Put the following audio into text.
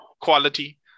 Quality